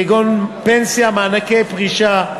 כגון פנסיה ומענקי פרישה,